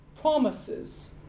promises